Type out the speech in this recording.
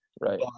Right